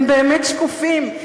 הם באמת שקופים,